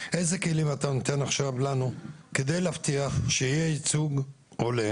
איזה כלים אתה נותן עכשיו לנו על מנת להבטיח שיהיה ייצוג הולם